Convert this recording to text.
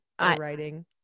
writing